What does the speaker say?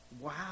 Wow